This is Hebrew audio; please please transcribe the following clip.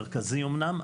מרכזי אומנם,